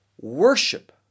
Worship